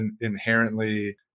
inherently